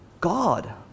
God